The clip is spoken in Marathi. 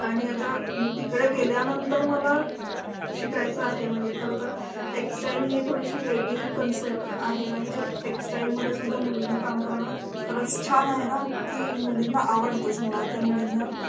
आणि आता तिकडे गेल्यानंतर मला शिकायचं आहे म्हणजे खरं तर टेक्स्टाईल ही थोडीशी वेगळी कन्सेप्ट आहे आणि टेक्स्टाईलमध्ये सुद्धा मुलींनी काम करणं खरंच छान आहे ना की मुलींना आवडतंच मुळात त्या मुलींना